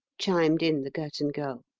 chimed in the girton girl.